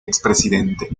expresidente